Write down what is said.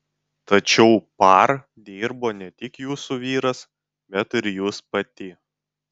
tačiau par dirbo ne tik jūsų vyras bet ir jūs pati